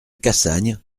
cassagne